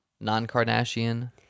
non-Kardashian